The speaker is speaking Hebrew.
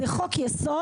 זה חוק יסוד